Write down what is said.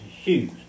shoes